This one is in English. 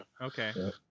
Okay